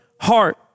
heart